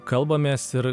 kalbamės ir